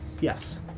yes